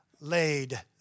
laid